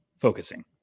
focusing